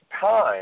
time